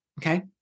Okay